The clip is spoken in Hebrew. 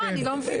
אני לא מבינה.